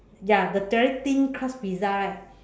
ya the very thin crust pizza right